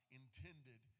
intended